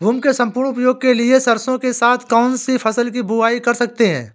भूमि के सम्पूर्ण उपयोग के लिए सरसो के साथ कौन सी फसल की बुआई कर सकते हैं?